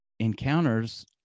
encounters